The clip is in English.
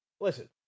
Listen